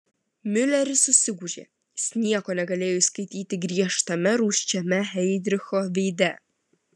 miuleris susigūžė jis nieko negalėjo įskaityti griežtame rūsčiame heidricho veide